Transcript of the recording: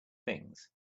things